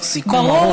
משפט סיכום ארוך.